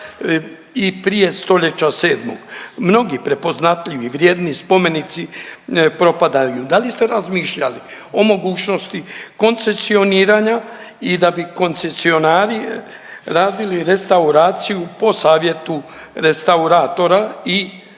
i prije stoljeća sedmog. Mnogi prepoznatljivi vrijedni spomenici propadaju. Da li ste razmišljali o mogućnosti koncesioniranja i da bi koncesionari radili restauraciju po savjetu restauratora i da